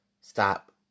stop